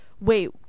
wait